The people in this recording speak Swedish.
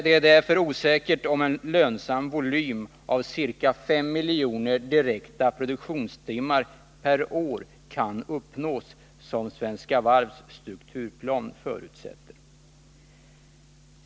Det är därför osäkert om en lönsam volym av ca 5 miljoner direkta produktionstimmar per år kan uppnås, som Svenska Varvs strukturplan förutsätter.